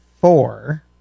four